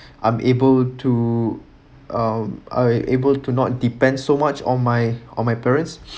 I'm able to um I able do not depend so much on my on my parents